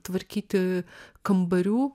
tvarkyti kambarių